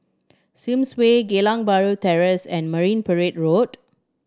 Sims Way Geylang Bahru Terrace and Marine Parade Road